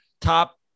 top